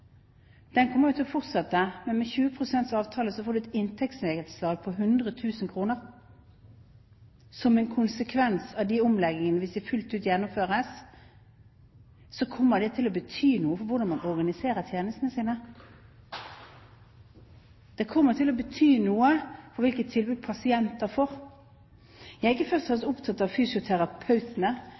får du et inntektsnedslag på 100 000 kr. Som en konsekvens av omleggingene, hvis de gjennomføres fullt ut, kommer dette til å bety noe for hvordan man organiserer tjenestene sine. Det kommer til å bety noe for hvilke tilbud pasienter får. Jeg er ikke først og fremst opptatt av fysioterapeutene,